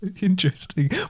Interesting